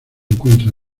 encuentra